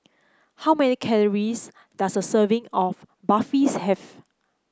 how many calories does a serving of Barfi have